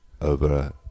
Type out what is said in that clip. over